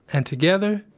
and together,